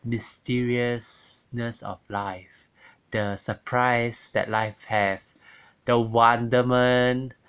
mysteriousness of life the surprise that life have the wonderment